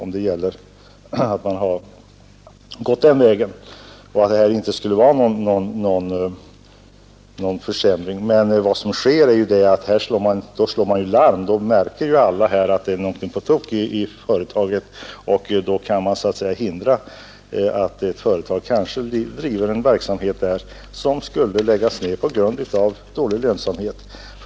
Men då slår man ju larm, och då märker alla att någonting är på tok i företaget. Man kan då kanske hindra att företaget fortsätter att driva en verksamhet som bör läggas ned på grund av dålig lönsamhet.